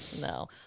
no